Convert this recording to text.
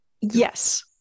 yes